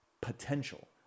potential